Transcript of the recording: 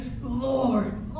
Lord